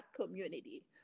community